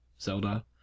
Zelda